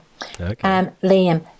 Liam